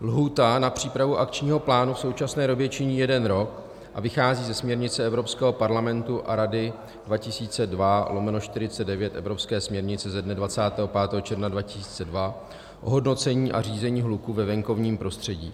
Lhůta na přípravu akčního plánu v současné době činí jeden rok a vychází ze směrnice Evropského parlamentu a Rady 2002/49, evropské směrnice ze dne 25. června 2002, o hodnocení a řízení hluku ve venkovním prostředí.